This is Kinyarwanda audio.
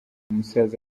umusaza